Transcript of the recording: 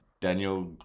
Daniel